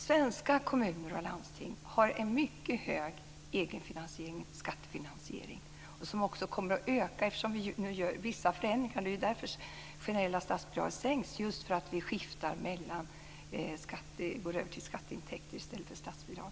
Svenska kommuner och landsting har alltså en mycket hög egenfinansiering, dvs. skattefinansiering, som också kommer att öka eftersom vi nu gör vissa förändringar. Det är ju därför det generella statsbidraget sänks: just därför att vi går över till skatteintäkter i stället för statsbidrag.